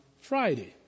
Friday